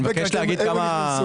אני מבקש להגיד כמה דברים.